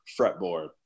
fretboard